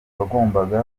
wagombaga